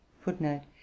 Footnote